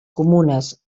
comunes